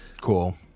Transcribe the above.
Cool